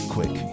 Quick